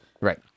Right